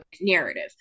narrative